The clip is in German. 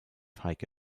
heike